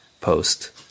post